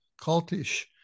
cultish